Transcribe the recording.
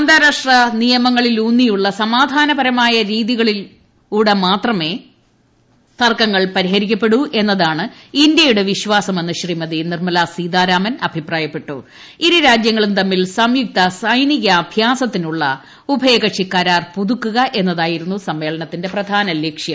അന്താരാഷ്ട്ര നിയമങ്ങളിലൂന്നിയുള്ള സമാധാനപരമായ രീതികളിലൂടെ മാത്രമേ തർക്കങ്ങൾ പരിഹരിക്കപ്പെടൂ എന്നതാണ് ഇന്ത്യയുടെ വിശ്വാസമെന്ന് ഇരുരാജ്യങ്ങളും തമ്മിൽ സംയുക്ത സൈനികാഭ്യാസത്തിനുള്ള ഉഭയകക്ഷി കരാർ പുതുക്കുക എന്നതായിരുന്നു സമ്മേളനത്തിന്റെ പ്രധാന ലക്ഷ്യം